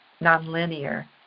nonlinear